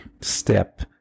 step